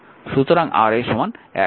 সুতরাং Ra 110 Ω